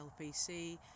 LPC